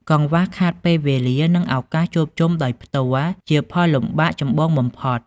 កង្វះខាតពេលវេលា និងឱកាសជួបជុំដោយផ្ទាល់ជាផលលំបាកចម្បងបំផុត។